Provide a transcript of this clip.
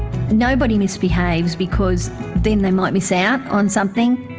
nobody misbehaves because then they might miss out on something.